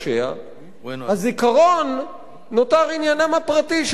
הזיכרון נותר עניינם הפרטי של התושבים,